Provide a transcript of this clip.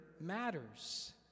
matters